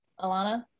Alana